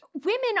Women